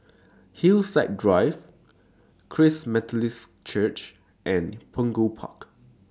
Hillside Drive Christ Methodist Church and Punggol Park